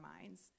minds